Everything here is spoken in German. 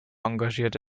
engagierte